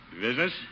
Business